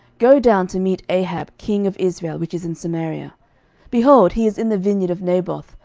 go down to meet ahab king of israel, which is in samaria behold, he is in the vineyard of naboth,